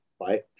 right